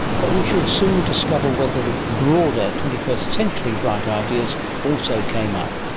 but we shall soon discover whether the broader twenty first century bright ideas also came up.